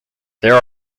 there